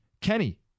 Kenny